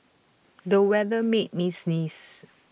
the weather made me sneeze